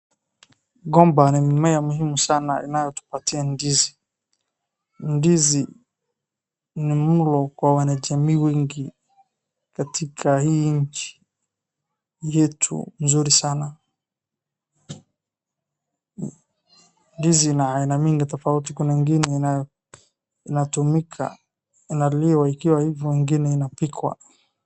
Mgomba ni mmea muhimu sana inayotupatia ndizi. ndizi ni mlo kwa wanajamii wengi katika hii nchi yetu nzuri sana. Ndizi ina aina mingi tofauti, kuna ingine inatumika, inaliwa ikiwa hivyo ingine inapikwa.